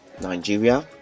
Nigeria